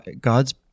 God's